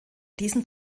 diesem